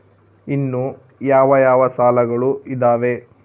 ಇನ್ನು ಯಾವ ಯಾವ ಸಾಲಗಳು ಇದಾವೆ?